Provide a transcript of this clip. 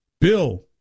Bill